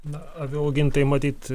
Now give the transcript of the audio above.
na avių augintojai matyt